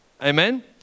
Amen